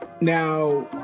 Now